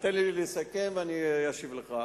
תן לי לסכם ואני אשיב לך.